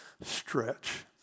stretch